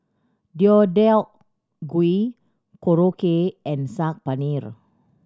Deodeok Gui Korokke and Saag Paneer